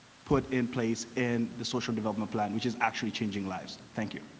put in place in the social development plan. which is actually changing lives. thank you.